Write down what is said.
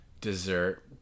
dessert